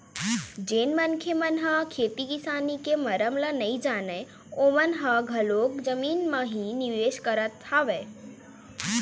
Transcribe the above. जेन मनखे मन ह खेती किसानी के मरम ल नइ जानय ओमन ह घलोक जमीन म ही निवेश करत हवय